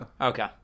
okay